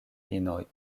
inoj